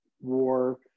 war